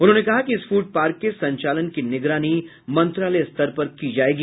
उन्होंने कहा कि इस फूड पार्क के संचालन की निगरानी मंत्रालय स्तर पर की जायेगी